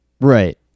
right